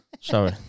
Sorry